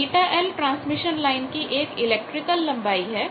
βl transmission line की एक electrical लंबाई है